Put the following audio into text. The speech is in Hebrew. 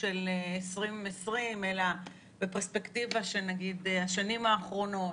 של 2020 אלא בפרספקטיבה של השנים האחרונות,